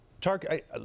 tark